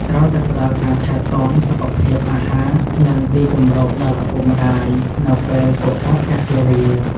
ត្រូវតែផ្តល់ការថែទាំ សុខភាព អាហារ និងទីជម្រកដល់ឪពុកម្តាយនៅពេលពួកគាត់ចាស់ជរា។